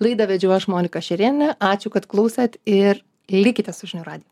laidą vedžiau aš monika šerienė ačiū kad klausėt ir likite su žinių radiju